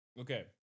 Okay